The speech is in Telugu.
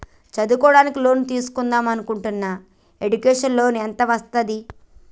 చదువుకోవడానికి లోన్ తీస్కుందాం అనుకుంటున్నా ఎడ్యుకేషన్ లోన్ ఎంత వస్తది?